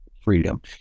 freedom